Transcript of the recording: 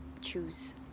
choose